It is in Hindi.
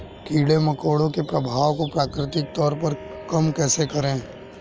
कीड़े मकोड़ों के प्रभाव को प्राकृतिक तौर पर कम कैसे करें?